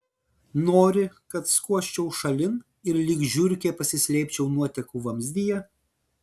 nori kad skuosčiau šalin ir lyg žiurkė pasislėpčiau nuotekų vamzdyje